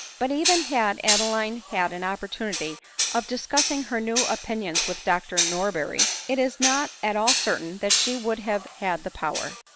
but even had adeline had an opportunity of discus sing her new opinions with dr norberry, it is not at all certain that she would have had the power.